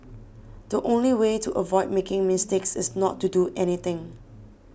the only way to avoid making mistakes is not to do anything